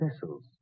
vessels